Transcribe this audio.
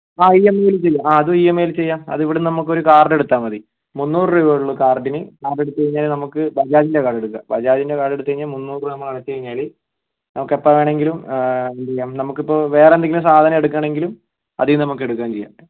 ആ E M ഐൽ ആ അത് ഇ എം ഐൽ ചെയ്യാം അത് ഇവിടെന്ന് നമുക്ക് ഒരു കാർഡ് എടുത്താമതി മൂന്നൂറൂ രൂപെയുള്ളു കാർഡിന് അതെടുത്ത് കഴിഞ്ഞാൽ നമുക്ക് ബജാജിൻ്റെ കാർഡെടുക്കാം ബജാജിൻ്റെ കാർഡ് എടുത്തുകഴിഞ്ഞാൽ മുന്നൂറ് രൂപ അടച്ച് കഴിഞ്ഞാൽ നമുക്കെപ്പോൾ വേണമെങ്കിലും എന്തിയ്യാം നമുക്ക് വേറെന്തെങ്കിലും സാധനെടുക്കണെങ്കിലും അതീന്ന് നമുക്കെടുക്കേം ചെയ്യാം